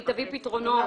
היא תביא פתרונות.